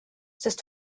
sest